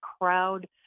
crowd